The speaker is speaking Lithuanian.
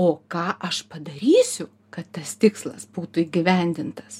o ką aš padarysiu kad tas tikslas būtų įgyvendintas